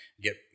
get